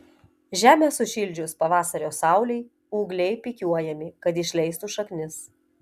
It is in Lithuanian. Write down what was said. žemę sušildžius pavasario saulei ūgliai pikiuojami kad išleistų šaknis